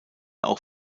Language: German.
auch